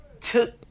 took